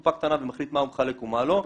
קופה קטנה ומחליט מה הוא מחלק ומה לא.